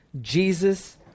Jesus